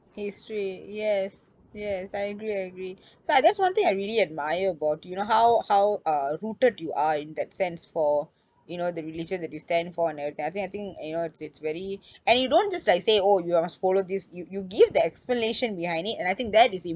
history yes yes I agree I agree so I that's one thing I really admire about you know how how uh rooted you are in that sense for you know the religion that you stand for and everything I think I think you know it's very and you don't just like say oh you must follow this you you give the explanation behind it and I think that is